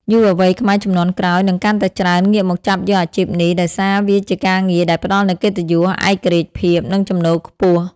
យុវវ័យខ្មែរជំនាន់ក្រោយនឹងកាន់តែច្រើនងាកមកចាប់យកអាជីពនេះ ដោយសារវាជាការងារដែលផ្ដល់នូវកិត្តិយស ឯករាជ្យភាព និងចំណូលខ្ពស់។